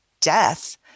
death